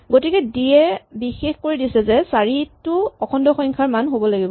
গতিকে ডি য়ে বিশেষ কৰি দিছে যে ৪ টো অখণ্ড সংখ্যাৰ মান হ'ব লাগিব